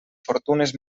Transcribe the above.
fortunes